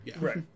Right